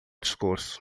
discurso